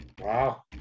wow